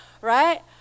right